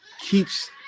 keeps